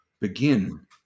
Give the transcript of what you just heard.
begin